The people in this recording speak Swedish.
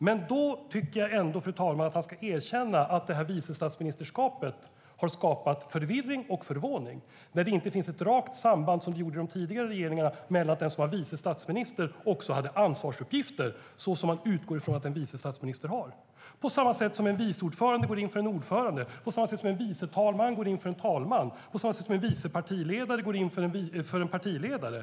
Men då ska han erkänna att vicestatsministerskapet har skapat förvirring och förvåning när det inte finns ett rakt samband, som det gjorde i de tidigare regeringarna, mellan att den som är vice statsminister också har ansvarsuppgifter så som man utgår från att en vice statsminister har - på samma sätt som en vice ordförande går in för en ordförande, en vice talman går in för en talman och en vice partiledare går in för en partiledare.